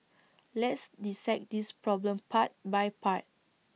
let's dissect this problem part by part